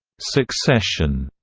succession,